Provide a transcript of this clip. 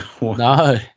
No